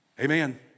amen